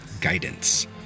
Guidance